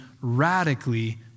radically